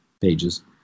pages